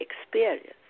experience